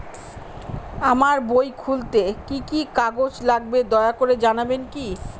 আমার বই খুলতে কি কি কাগজ লাগবে দয়া করে জানাবেন কি?